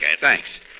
Thanks